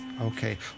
Okay